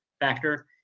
factor